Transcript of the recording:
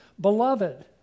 Beloved